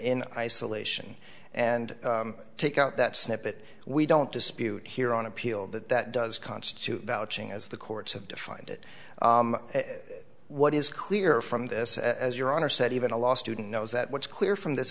in isolation and take out that snippet we don't dispute here on appeal that that does constitute vouching as the courts have defined it what is clear from this as your honor said even a law student knows that what's clear from this